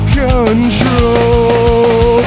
control